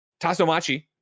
tasomachi